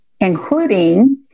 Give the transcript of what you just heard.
including